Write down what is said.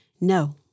No